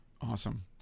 Awesome